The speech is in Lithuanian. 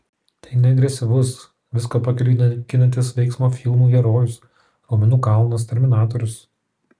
tai ne agresyvus viską pakeliui naikinantis veiksmo filmų herojus raumenų kalnas terminatorius